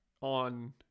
on